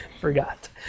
Forgot